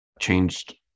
changed